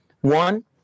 One